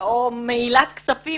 או במעילת כספים,